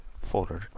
folder